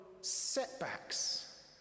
setbacks